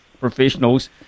professionals